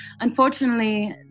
Unfortunately